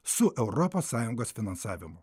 su europos sąjungos finansavimu